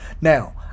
Now